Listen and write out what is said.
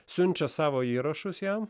siunčia savo įrašus jam